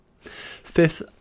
Fifth